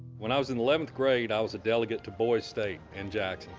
when i was in eleventh grade, i was a delegate to boys state in jackson,